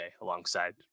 alongside